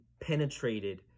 penetrated